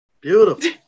beautiful